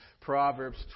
Proverbs